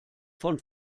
von